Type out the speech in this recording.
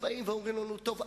אומרים לנו: טוב,